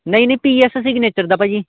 ਨਹੀਂ ਨਹੀਂ P S signature ਦਾ ਭਾਅ ਜੀ